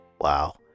Wow